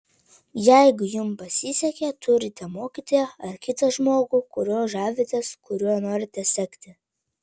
jeigu jums pasisekė turite mokytoją ar kitą žmogų kuriuo žavitės kuriuo norite sekti